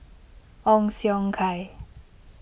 Ong Siong Kai